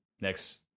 next